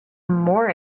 more